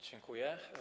Dziękuję.